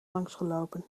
langsgelopen